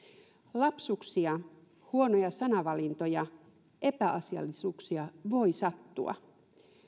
lapsuksia huonoja sanavalintoja epäasiallisuuksia voi sattua